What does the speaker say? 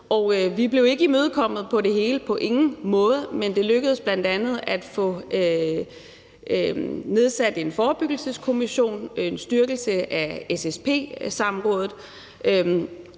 til det hele, på ingen måde, men det lykkedes bl.a. at få nedsat en forebyggelseskommission, at få en styrkelse af SSP-Samrådet